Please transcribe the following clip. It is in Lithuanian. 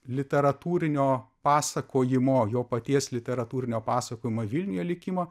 literatūrinio pasakojimo jo paties literatūrinio pasakojimo vilniuje likimo